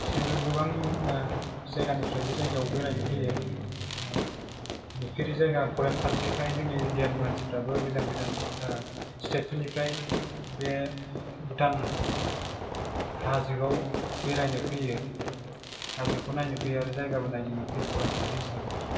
बिसोरो गोबां जायगानिफ्राय बे जायगायाव बेरायनो फैयो नुफेरै जायगा फरेइन कानट्रिखाय जोंनि इण्डियानि मानसिफ्राबो गोजान गोजान स्टेटफोरनिफ्राय बे भुटान हाजोआव बेरायनो फैयो हाजोखौ नायनो फैयो आरो जायगाबो नायदिंनो फैयो फरेइन कानट्रि हिसाबै